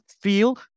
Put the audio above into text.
feel